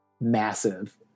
massive